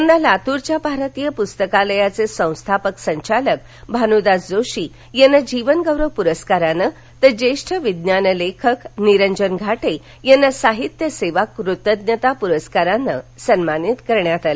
यंदा लातूरच्या भारतीय प्रस्तकालयाचे संस्थापक संचालक भानुदास जोशी यांना जीवन गौरव पुरस्कारानं तर ज्येष्ठ विज्ञान लेखक निरंजन घाटे यांना साहित्यसेवा कृतज्ञता पुरस्कारानं सन्मानित करण्यात आलं